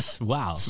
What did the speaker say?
wow